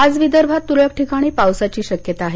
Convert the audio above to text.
आज विदर्भात तुरळक ठिकाणी पावसाची शक्यता आहे